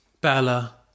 Bella